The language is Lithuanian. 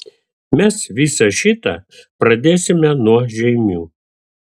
mes visą šitą pradėsime nuo žeimių